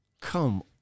Come